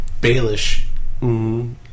Baelish